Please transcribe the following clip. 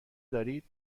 دارید